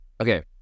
Okay